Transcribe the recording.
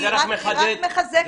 כי היא רק מחזקת את העניין.